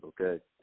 okay